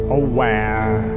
aware